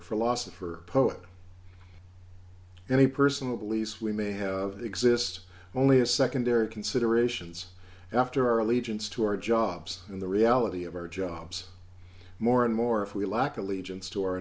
for poet any personal beliefs we may have exists only as secondary considerations after our allegiance to our jobs and the reality of our jobs more and more if we lack allegiance to our